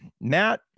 matt